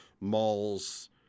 malls